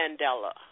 Mandela